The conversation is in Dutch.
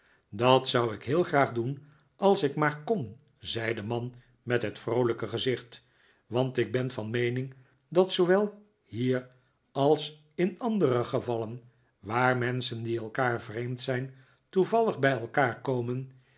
dat zou ik heel graag doen als ik maar kon zei de man met het vroolijke gezicht want ik ben van meening dat zoowel hier als in andere gevallen waar menschen die elkaar vreemd zijn toevallig bij elkaar komen